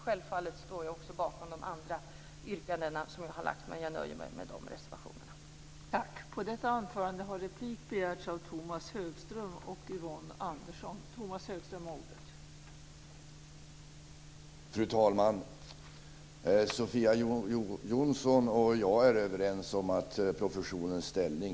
Självfallet står jag bakom de andra yrkanden som vi har, men jag nöjer mig med att yrka bifall till denna reservation.